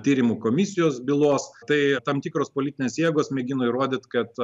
tyrimų komisijos bylos tai tam tikros politinės jėgos mėgino įrodyt kad